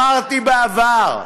כבר אמרתי בעבר: